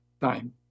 time